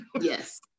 Yes